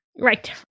Right